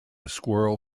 squirrel